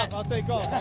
and i'll take off.